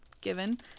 given